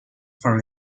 for